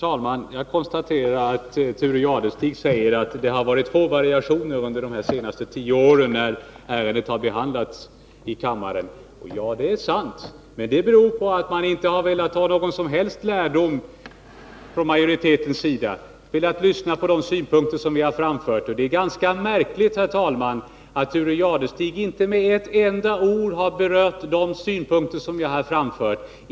Herr talman! Thure Jadestig sade att det har varit få variationer under de senaste tio åren när detta ärende har behandlats i kammaren. Ja, det är sant, men det beror på att majoriteten inte har velat dra någon som helst lärdom och inte har velat lyssna på våra synpunkter. Det är ganska märkligt att Thure Jadestig inte med ett enda ord berörde de synpunkter som jag framförde.